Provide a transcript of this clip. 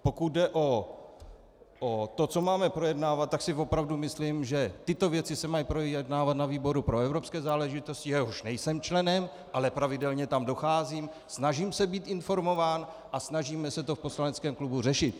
Pokud jde o to, co máme projednávat, tak si opravdu myslím, že tyto věci se mají projednávat na výboru pro evropské záležitosti, jehož nejsem členem, ale pravidelně tam docházím, snažím se být informován a snažíme se to v poslaneckém klubu řešit.